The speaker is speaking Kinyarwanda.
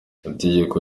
itegeko